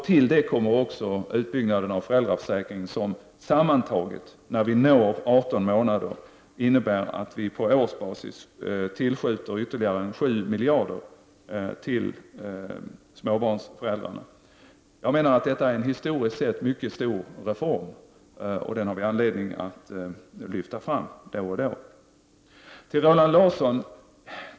Till det kommer också utbyggnaden av föräldraförsäkringen, som sammantaget, när vi når 18 månader, innebär att vi på årsbasis tillskjuter ytterligare 7 miljarder till småbarnsföräldrarna. Jag menar att detta är en historiskt sett mycket stor reform, och den har vi anledning att då och då lyfta fram.